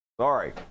sorry